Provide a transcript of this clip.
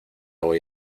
voy